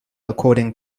according